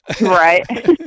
Right